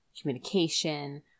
communication